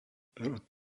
rod